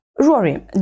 Rory